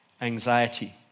anxiety